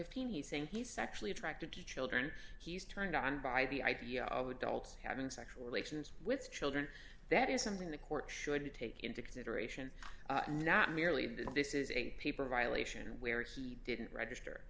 fifteen years saying he's sexually attracted to children he's turned on by the idea of adults having sexual relations with children that is something the court should take into consideration not merely because this is a peeper violation where he didn't register